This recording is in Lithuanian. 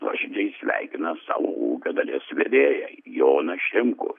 nuoširdžiai sveikina savo ūkio dalies vedėją joną šimkų